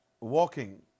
walking